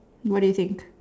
what do you think